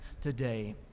today